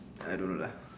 I don't know lah